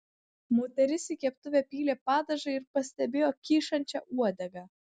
moteris į keptuvę pylė padažą ir pastebėjo kyšančią uodegą